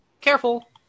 Careful